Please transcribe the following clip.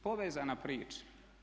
Povezana priča.